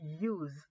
use